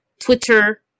Twitter